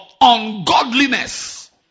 ungodliness